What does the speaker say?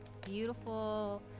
beautiful